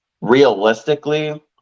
realistically